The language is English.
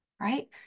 right